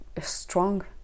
strong